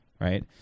right